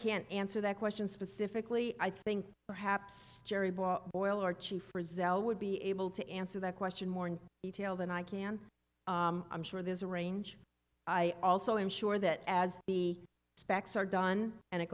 can't answer that question specifically i think perhaps gerry boyle or chief rozelle would be able to answer that question more in detail than i can i'm sure there's a range i also ensure that as the specs are done and it